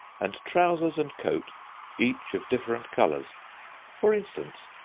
and trousers and coat each of different colors for instance,